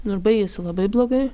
nu ir baigėsi labai blogai